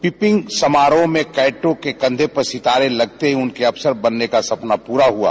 peeping समारोह में कैंडेटों के कंधे पर सितारे लगते ही उनके अफसर बनने का सपना पूरा हुआ